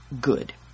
good